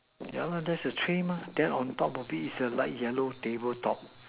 yeah lah that's the three mah then on top of it is a light yellow table top